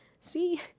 See